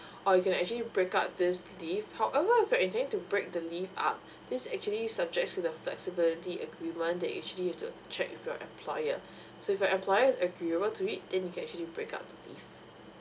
or you actually break up this leave however if you're intending to break the leave up this actually subject to the flexibility agreement that you actually need to check with your employer so if your employer is agreeable to it then you can actually break up the leave